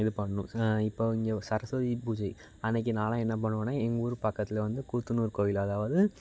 இது பண்ணணும் இப்போ இங்கே சரஸ்வதி பூஜை அன்னைக்கு நான்லாம் என்ன பண்ணுவேன்னா எங்கள் ஊர் பக்கத்தில் வந்து கூத்தனூர் கோவில் அதாவது